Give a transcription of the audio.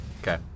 Okay